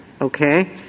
okay